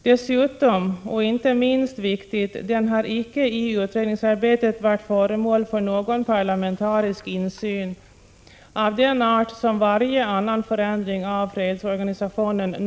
Dessutom har den, vilket inte är minst viktigt, i utredningsarbetet inte varit föremål för någon parlamentarisk insyn av den art som är normal vid varje annan förändring av fredsorganisationen.